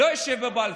לא ישב בבלפור.